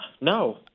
no